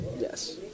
Yes